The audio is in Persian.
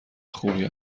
خوبی